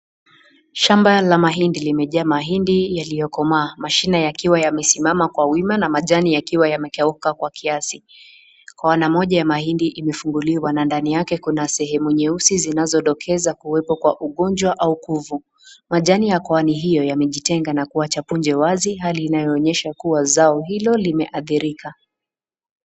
Shamba la mahindi limejaa mahindi yaliyokomaa. Mashina yakiwa yamesimama kwa wima na majani yakiwa yamekauka kwa kiasi. Kona moja ya mahindi imefunguliwa na ndani yake kuna sehemu nyeusi zinazodokeza kuwepo kwa ugonjwa au kuvu. Majani ya koani hiyo yamejitenga na kuwacha punje wazi hali inayoonyesha kuwa zao hilo limeathirika.